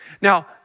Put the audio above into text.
Now